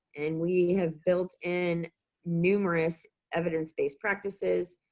and we have built in numerous evidence based practices,